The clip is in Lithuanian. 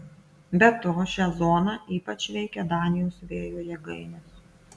be to šią zoną ypač veikia danijos vėjo jėgainės